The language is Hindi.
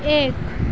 एक